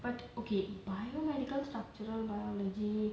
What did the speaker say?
but okay biomedical structural biology